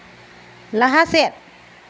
ᱞᱟᱦᱟ ᱥᱮᱫ